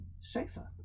safer